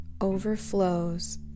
overflows